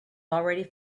already